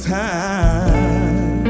time